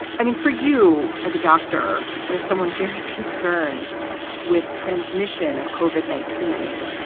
i mean, for you as a doctor and as someone very concerned with transmission of cauvin nineteen,